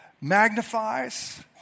magnifies